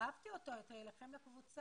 לא כלכלי,